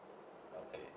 okay